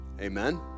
Amen